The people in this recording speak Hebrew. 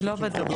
היא לא בדו"ח.